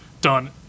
done